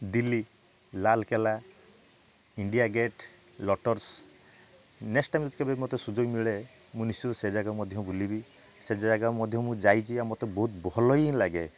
Delhi Lal Qila India Gate Lotus next time ଯଦି କେବେ ମତେ ସୁଯୋଗ ମିଳେ ମୁଁ ନିଶ୍ଚିନ୍ତ ସେ ଜାଗା କୁ ମଧ୍ୟ ବୁଲିବି ସେ ଜାଗାକୁ ମଧ୍ୟ ମୁଁ ଯାଇଛି ଆଉ ମତେ ବହୁତ ଭଲ ହିଁ ଲାଗେ